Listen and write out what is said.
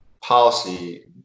policy